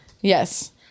Yes